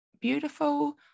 beautiful